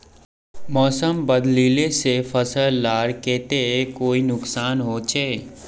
मौसम बदलिले से फसल लार केते कोई नुकसान होचए?